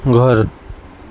گھر